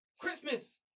Christmas